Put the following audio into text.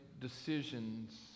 decisions